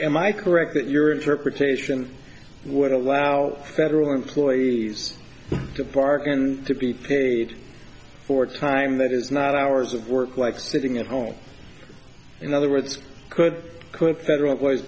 i correct that your interpretation would allow federal employees to park and to be paid for time that is not hours of work life sitting at home in other words could cook federal employees